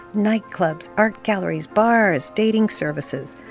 nightclubs, art galleries, bars, dating services.